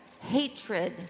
hatred